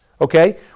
Okay